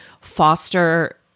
foster